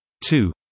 Two